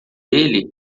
ele